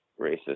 racist